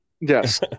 Yes